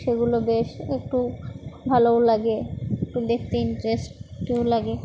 সেগুলো বেশ একটু ভালোও লাগে একটু দেখতে ইন্টারেস্টও লাগে